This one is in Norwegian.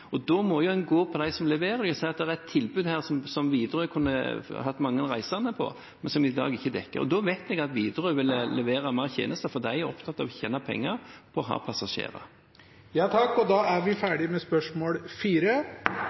Og da må en jo gå på dem som leverer tjenesten, og si at her er det et tilbud som Widerøe kunne fått mange reisende på, men som de i dag ikke dekker. Og da vet vi at Widerøe ville levere flere tjenester, for de er opptatt av å tjene penger og ha passasjerer. Jeg tillater meg å stille følgende spørsmål til samferdselsministeren: «En rekke områder i Norge er